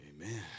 Amen